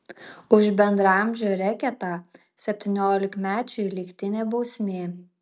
už bendraamžio reketą septyniolikmečiui lygtinė bausmė